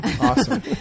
Awesome